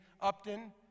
Upton